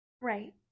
Right